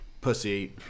pussy